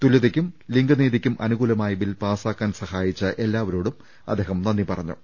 തുല്യതയ്ക്കും ലിംഗനീതിയ്ക്കും അനുകൂല മായ ബിൽ പാസ്സാക്കാൻ സഹായിച്ച എല്ലാവരോടും അദ്ദേഹം നന്ദി പറഞ്ഞു